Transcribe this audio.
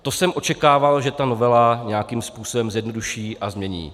To jsem očekával, že ta novela nějakým způsobem zjednoduší a změní.